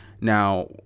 Now